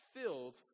filled